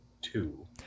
Two